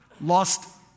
lost